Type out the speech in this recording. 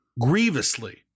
grievously